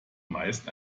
meist